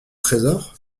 trésor